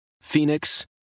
Phoenix